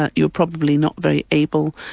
ah you were probably not very able,